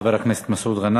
תודה, חבר הכנסת מסעוד גנאים.